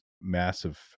massive